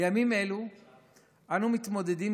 בימים אלה אנו מתמודדים,